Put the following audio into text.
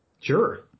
Sure